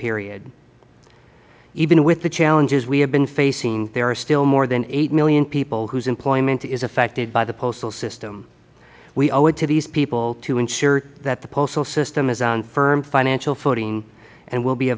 period even with the challenges we have been facing there are still more than eight million people whose employment is affected by the postal system we owe it to these people to ensure that the postal system is on firm financial footing and will be a